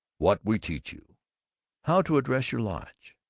what we teach you how to address your lodge.